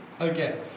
Okay